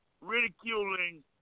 ridiculing